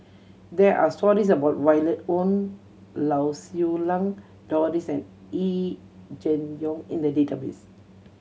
there are stories about Violet Oon Lau Siew Lang Doris and Yee Jenn Jong in the database